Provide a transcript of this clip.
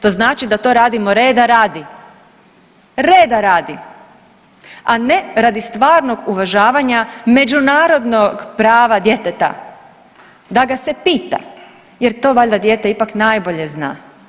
To znači da to radimo reda radi, reda radi, a ne radi stvarnog uvažavanja međunarodnog prava djeteta da ga se pita jer to valjda dijete ipak najbolje zna.